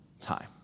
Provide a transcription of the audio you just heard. time